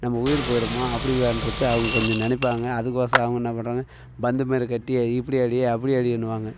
நம்ம உயிர் போய்டுமா அப்படின்றத அவங்க கொஞ்சம் நினைப்பாங்க அதுக்கொசரம் அவங்க என்ன பண்ணுறாங்க பந்து மாரி கட்டி இப்படி அடி அப்படி அடின்னுவாங்க